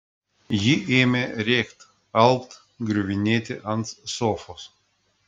ji ėmė rėkt alpt griuvinėti ant sofos